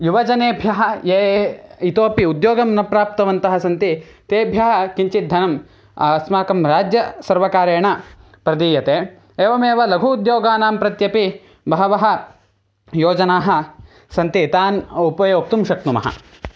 युवजनेभ्यः ये ये इतोपि उद्योगं न प्राप्तवन्तः सन्ति तेभ्यः किञ्चिद्धनं अस्माकं राज्यसर्वकारेण प्रदीयते एवमेव लघु उद्योगानां प्रत्यपि बहवः योजनाः सन्ति तान् उपयोक्तुं शक्नुमः